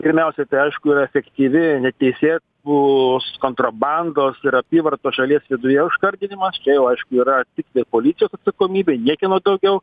pirmiausia tai aišku yra efektyvi neteisėtos kontrabandos ir apyvartos šalies viduje užkardinimas čia jau aišku yra tiktai policijos atsakomybė niekieno daugiau